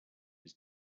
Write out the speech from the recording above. was